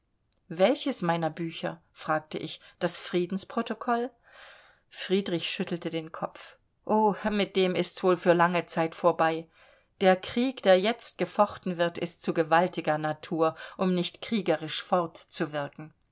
welches meiner bücher fragte ich das friedensprotokoll friedrich schüttelte den kopf o mit dem ist's wohl für lange zeit vorbei der krieg der jetzt gefochten wird ist zu gewaltiger natur um nicht kriegerisch fortzuwirken